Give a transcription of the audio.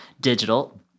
digital –